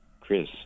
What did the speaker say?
chris